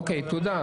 אוקיי, תודה.